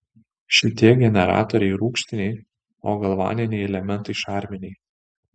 šitie generatoriai rūgštiniai o galvaniniai elementai šarminiai